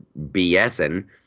BSing